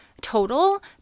total